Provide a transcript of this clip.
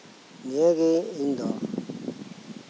ᱱᱤᱭᱟᱹ ᱜᱮ ᱤᱧᱫᱚ